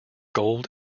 gold